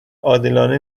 عادلانه